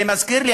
זה מזכיר לי,